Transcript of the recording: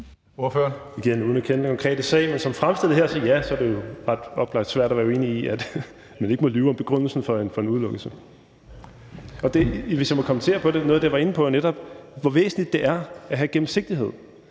hvor væsentligt det er at have gennemsigtighed.